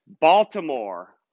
Baltimore